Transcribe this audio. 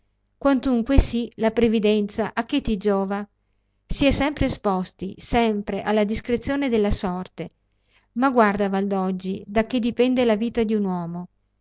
quantunque sì la previdenza a che ti giova si è sempre esposti sempre alla discrezione della sorte ma guarda valdoggi da che dipende la vita d'un uomo